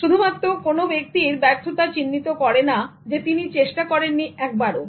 শুধুমাত্র কোন ব্যক্তির ব্যর্থতা চিহ্নিত করে না যে তিনি চেষ্টা করেন নি একবারও